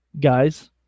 Guys